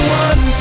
one